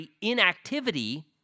inactivity